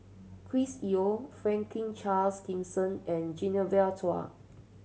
Chris Yeo Franklin Charles Gimson and Genevieve Chua